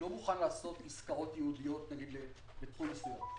לא מוכן לעשות עסקאות ייעודיות בתחום מסוים.